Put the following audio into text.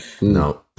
No